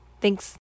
Thanks